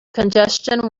congestion